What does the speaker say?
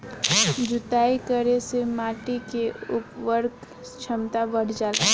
जुताई करे से माटी के उर्वरक क्षमता बढ़ जाला